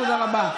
תודה רבה.